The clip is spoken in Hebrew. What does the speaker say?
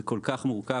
זה כל כך מרוכב.